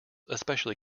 especially